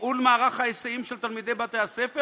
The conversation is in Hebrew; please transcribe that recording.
תפעול מערך ההיסעים של תלמידי בתי הספר